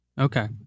okay